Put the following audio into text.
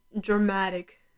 dramatic